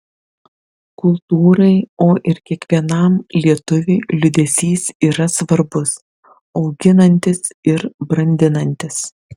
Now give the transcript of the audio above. kultūrai o ir kiekvienam lietuviui liūdesys yra svarbus auginantis ir brandinantis